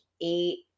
eight